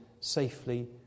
safely